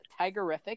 Tigerific